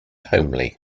homely